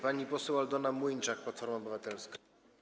Pani poseł Aldona Młyńczak, Platforma Obywatelska.